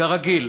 כרגיל.